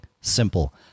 simple